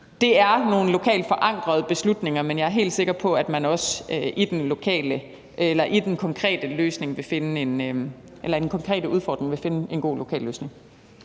Det er nogle lokalt forankrede beslutninger, men jeg er helt sikker på, at man også i forhold til den konkrete udfordring vil finde en god lokal løsning.